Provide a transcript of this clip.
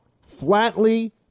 flatly